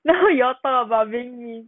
then how you all talk about